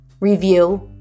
review